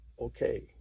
okay